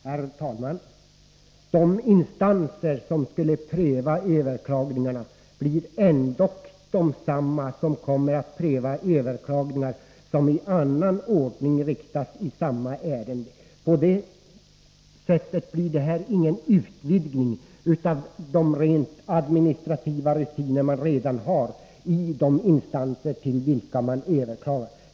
Herr talman! De instanser som skulle pröva överklagandena blir ändock desamma som prövar överklaganden som i annan ordning inges i samma ärende. På det sättet blir det ingen utvidgning, utan man utnyttjar de administrativa resurser man redan har i de aktuella instanserna.